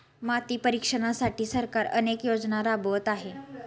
माती परीक्षणासाठी सरकार अनेक योजना राबवत आहे